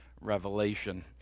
Revelation